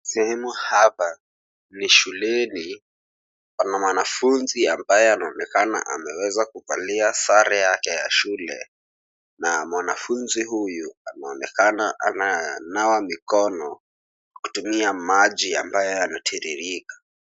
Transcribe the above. Sehemu hapa ni shuleni na pana mwanafunzi ambaye anaonekana ameweza kuvalia sare yake ya shule na mwanafunzi huyu anaonekana ana nawa mikono kutumia maji ambayo yanatiririka.